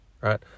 right